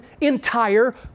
entire